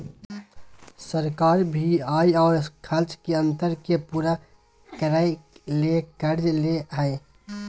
सरकार भी आय और खर्च के अंतर के पूरा करय ले कर्ज ले हइ